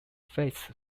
fates